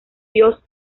dios